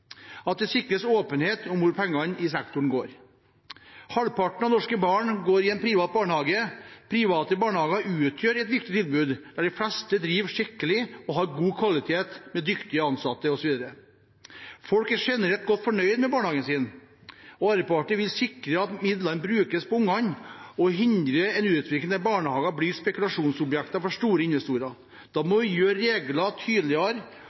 at det sikres åpenhet om hvor pengene i sektoren går. Halvparten av norske barn går i en privat barnehage. Private barnehager utgjør et viktig tilbud, der de fleste driver skikkelig og med god kvalitet, med dyktige ansatte, osv. Folk er generelt godt fornøyd med barnehagen sin. Arbeiderpartiet vil sikre at midlene brukes på ungene og hindre en utvikling der barnehager blir spekulasjonsobjekter for store investorer. Da må vi gjøre reglene tydeligere